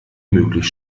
möglich